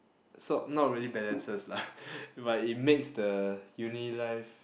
so not really balances lah but it makes the uni life